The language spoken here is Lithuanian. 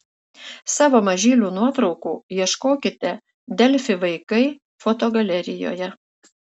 savo mažylių nuotraukų ieškokite delfi vaikai fotogalerijoje